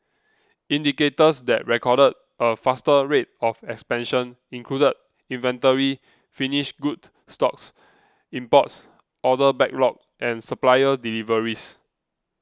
indicators that recorded a faster rate of expansion included inventory finished goods stocks imports order backlog and supplier deliveries